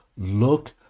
look